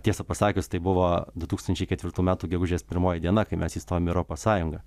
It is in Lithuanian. tiesą pasakius tai buvo du tūkstančiai ketvirtų metų gegužės pirmoji diena kai mes įstojom į europos sąjungą